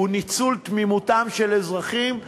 הוא ניצול תמימותם של אזרחים.